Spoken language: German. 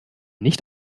nicht